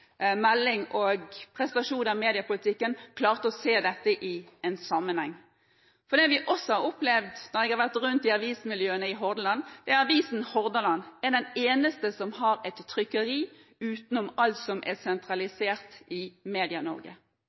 melding og presentasjon av mediepolitikken – er å se dette i en sammenheng. Det jeg har opplevd når jeg har vært rundt i avismiljøene i Hordaland, er at avisen Hordaland er den eneste som har et trykkeri utenom alt som er sentralisert i